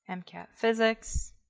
and mcat physics,